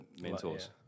mentors